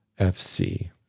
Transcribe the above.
FC